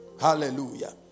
Hallelujah